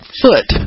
foot